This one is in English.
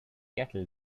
kettle